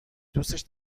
دوستش